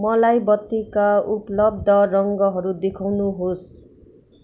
मलाई बत्तीका उपलब्ध रङहरू देखाउनुहोस्